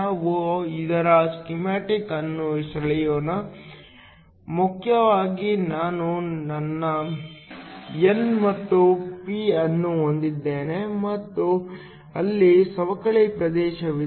ನಾವು ಅದರ ಸ್ಕೀಮ್ಯಾಟಿಕ್ ಅನ್ನು ಸೆಳೆಯೋಣ ಮುಖ್ಯವಾಗಿ ನಾನು ನನ್ನ n ಮತ್ತು p ಅನ್ನು ಹೊಂದಿದ್ದೇನೆ ಮತ್ತು ಅಲ್ಲಿ ಸವಕಳಿ ಪ್ರದೇಶವಿದೆ